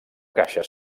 caixa